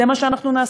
זה מה שאנחנו נעשה,